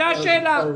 זו השאלה.